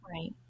Right